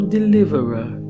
Deliverer